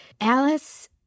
Alice